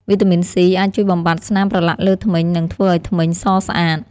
វីតាមីន សុី (C) អាចជួយបំបាត់ស្នាមប្រឡាក់លើធ្មេញ និងធ្វើឲ្យធ្មេញសស្អាត។